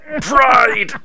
pride